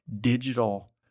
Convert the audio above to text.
digital